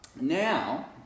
Now